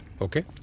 Okay